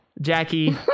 Jackie